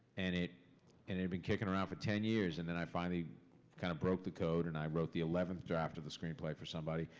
and it and had been kicking around for ten years, and then i finally kind of broke the code and i wrote the eleventh draft of the screenplay for somebody,